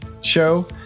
show